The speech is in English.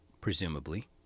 presumably